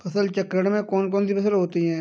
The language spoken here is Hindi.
फसल चक्रण में कौन कौन सी फसलें होती हैं?